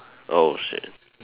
oh shit